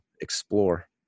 explore